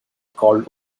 called